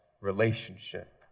relationship